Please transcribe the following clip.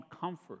comfort